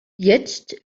jetzt